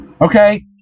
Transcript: Okay